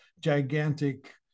gigantic